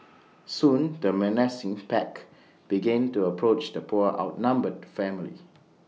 soon the menacing pack began to approach the poor outnumbered family